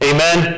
Amen